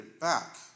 back